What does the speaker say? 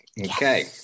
Okay